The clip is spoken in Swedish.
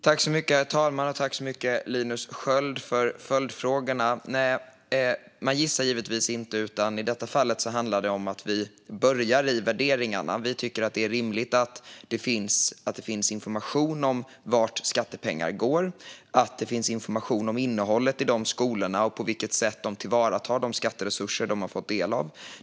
Herr talman! Jag tackar Linus Sköld för följdfrågan. Nej, vi gissar givetvis inte, utan i detta fall handlar det om att vi börjar i värderingarna. Vi tycker att det är rimligt att det finns information om vart skattepengar går och att det finns information om innehållet i dessa skolor och på vilket sätt de tillvaratar de skatteresurser de fått del av.